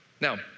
Now